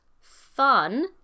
fun